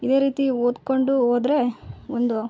ಇದೆ ರೀತಿ ಓದಿಕೊಂಡು ಹೋದ್ರೆ ಒಂದು